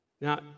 Now